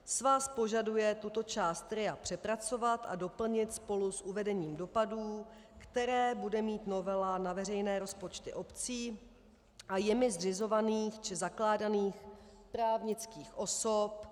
Svaz požaduje tuto část RIA přepracovat a doplnit spolu s uvedením dopadů, které bude mít novela na veřejné rozpočty obcí a jimi zřizovaných či zakládaných právnických osob.